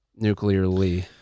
nuclearly